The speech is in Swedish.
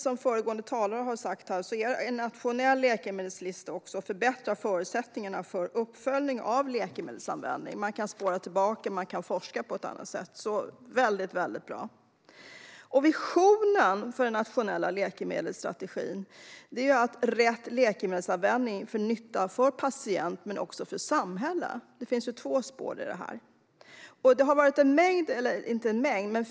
Som föregående talare har sagt skulle en nationell läkemedelslista förbättra förutsättningarna för uppföljning av läkemedelsanvändning. Man kan spåra och forska på ett annat sätt. Det är väldigt bra. Visionen för den nationella läkemedelsstrategin är att rätt läkemedelsanvändning leder till nytta för patienten men också för samhället. Det finns två spår i det här.